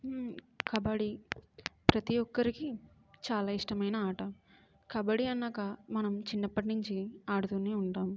కబడ్డీ ప్రతీ ఒక్కరికి చాలా ఇష్టమైన ఆట కబడి అన్నాక మనం చిన్నప్పటి నుంచి ఆడుతూనే ఉంటాము